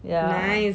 yeah